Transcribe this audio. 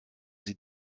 sie